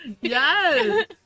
Yes